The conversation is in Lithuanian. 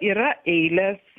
yra eilės